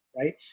right